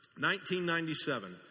1997